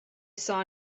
saw